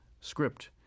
script